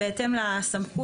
יכול בזמן ההילולה להיכנס למתחם.